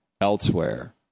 elsewhere